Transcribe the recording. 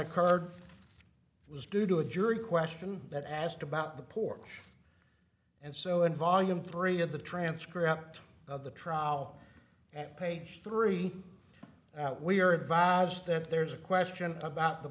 occurred was due to a jury question that asked about the pork and so in volume three of the transcript of the trial and page three that we're advised that there's a question about the